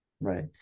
right